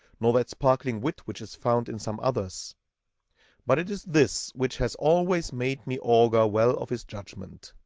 nor that sparkling wit which is found in some others but it is this which has always made me augur well of his judgment,